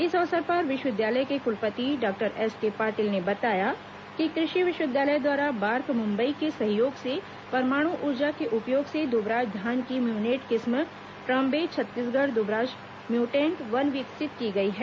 इस अवसर पर विश्वविद्यालय के कुलपति डॉक्टर एसके पाटील ने बताया कि कृषि विश्वविद्यालय द्वारा बार्क मुम्बई के सहयोग से परमाणु ऊर्जा के उपयोग से दुबराज धान की म्यूटेन्ट किस्म ट्राम्बे छत्तीसगढ़ दुबराज म्यूटेन्ट वन विकसित की गई है